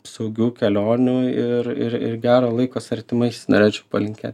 saugių kelionių ir ir ir gero laiko su artimaisiais norėčiau palinkėt